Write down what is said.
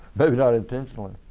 maybe not intentionally.